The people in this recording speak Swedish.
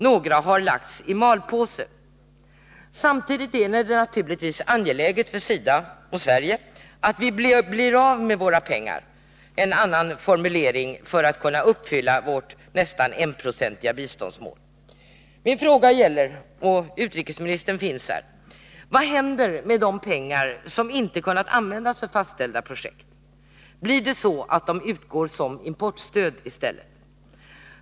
Några har lagts i malpåse. Samtidigt är det naturligtvis angeläget för SIDA och Sverige att vi blir av med våra pengar — en annan formulering för att kunna uppfylla vårt nästan enprocentiga biståndsmål. Min fråga lyder — utrikesministern finns här i kammaren: Vad händer med pengar som inte kunnat användas för fastställda projekt? Utgår de som importstöd i stället?